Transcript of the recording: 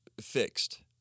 fixed